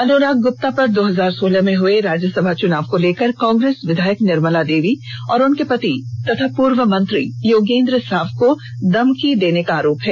अनुराग गुप्ता पर दो हजार सोलह मे हुए राज्यसभा चुनाव को लेकर कांग्रेस विधायक निर्मला देवी और उनके पति व पूर्व मंत्री योगेंद्र साव को धमकी देने का आरोप है